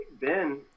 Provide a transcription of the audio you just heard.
Ben